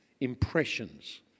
impressions